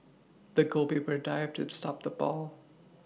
the goal paper dived to stop the ball